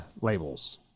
labels